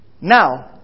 Now